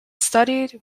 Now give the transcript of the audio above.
studied